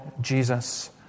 Jesus